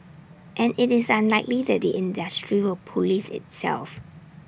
and IT is unlikely that the industry will Police itself